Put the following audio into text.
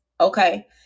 okay